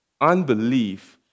Unbelief